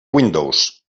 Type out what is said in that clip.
windows